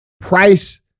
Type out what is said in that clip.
price